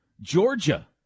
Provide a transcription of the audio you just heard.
Georgia